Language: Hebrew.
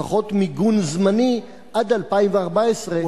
לפחות מיגון זמני עד 2014,